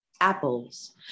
apples